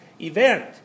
event